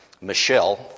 Michelle